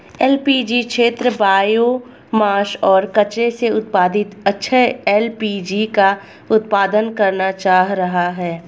LPG क्षेत्र biomass और कचरे से उत्पादित अक्षय एल.पी.जी का उत्पादन करना चाह रहा है